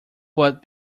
but